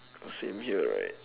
uh same here right